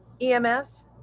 EMS